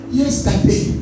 yesterday